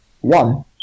one